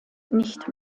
nicht